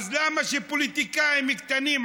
אז למה שפוליטיקאים קטנים,